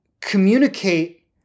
communicate